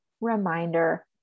reminder